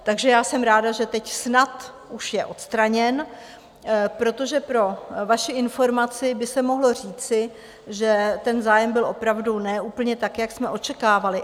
Takže jsem ráda, že teď snad už je odstraněn, protože pro vaši informaci by se mohlo říci, že ten zájem byl opravdu ne úplně tak, jak jsme očekávali.